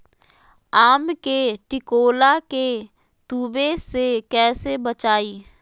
आम के टिकोला के तुवे से कैसे बचाई?